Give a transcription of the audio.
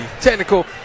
technical